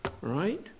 right